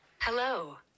Hello